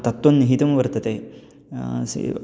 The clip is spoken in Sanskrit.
तत्त्वं निहितं वर्तते सेव्